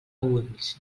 ulls